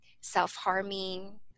self-harming